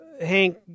Hank